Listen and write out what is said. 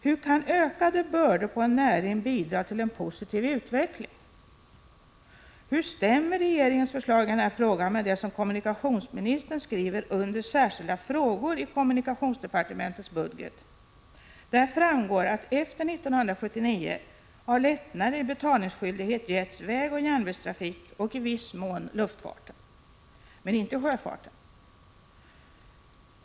Hur kan ökade bördor på en näring bidra till en positiv utveckling? Hur stämmer regeringens förslag i den här frågan med det som kommunikationsministern skriver under Särskilda frågor i kommunikationsdepartementets budget? Där framgår att efter 1979 har lättnader i betalningsskyldighet medgivits vägoch järnvägstrafiken och i viss mån luftfarten, men inte sjöfarten.